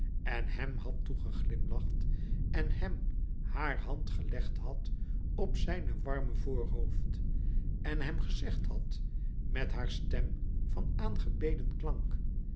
en hem had toegeglimlacht en hem haar hand gelegd had op zijne warme voorhoofd en hem gezegd had met haar stem van aangebeden klank